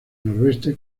noroeste